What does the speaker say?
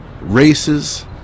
races